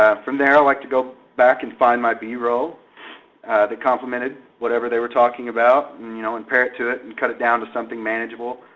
ah from there, i like to go back and find might b-roll the complemented whatever they were talking about, and you know and pair it to it, and cut it down to something manageable.